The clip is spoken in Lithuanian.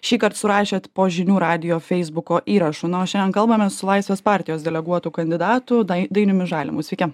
šįkart surašėt po žinių radijo feisbuko įrašu na o šiandien kalbamės su laisvės partijos deleguotu kandidatu dai dainiumi žalimu sveiki